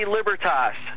Libertas